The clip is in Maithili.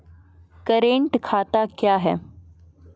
करेंट खाता क्या हैं?